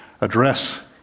address